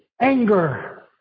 anger